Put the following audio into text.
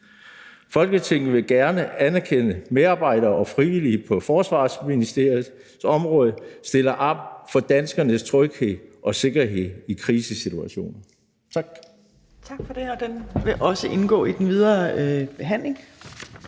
Folketinget vil gerne anerkende, at medarbejdere og frivillige på Forsvarsministeriets område stiller op for danskernes tryghed og sikkerhed i krisesituationer.«